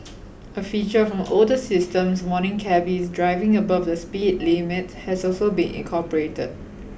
a feature from older systems warning cabbies driving above the speed limit has also been incorporated